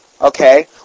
Okay